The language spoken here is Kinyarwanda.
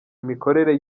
imikorere